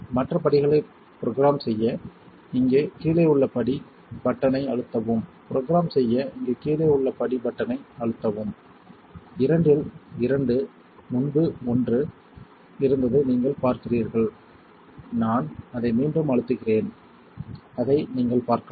மற்ற படிகளை ப்ரொக்ராம் செய்ய இங்கே கீழே உள்ள படி பட்டனை அழுத்தவும் இரண்டில் இரண்டு முன்பு ஒன்று இருந்ததை நீங்கள் பார்க்கிறீர்கள் நான் அதை மீண்டும் அழுத்துகிறேன் அதை நீங்கள் பார்க்கலாம்